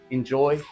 Enjoy